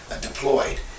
deployed